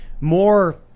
more